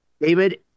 David